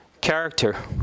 character